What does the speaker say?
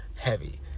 heavy